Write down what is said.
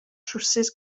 trowsus